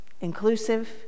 inclusive